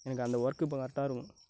எனக்கு அந்த ஒர்க்கு இப்போ கரெக்டாகருக்கும்